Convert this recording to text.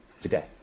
today